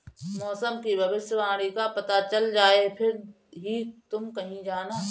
मौसम की भविष्यवाणी का पता चल जाए फिर ही तुम कहीं जाना